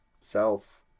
self